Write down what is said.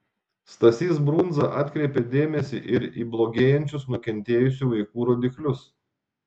stasys brunza atkreipė dėmesį ir į blogėjančius nukentėjusių vaikų rodiklius